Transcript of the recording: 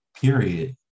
period